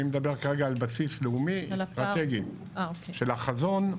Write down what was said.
אני מדבר כרגע על בסיס לאומי אסטרטגי של החזון,